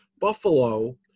Buffalo